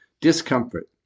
Discomfort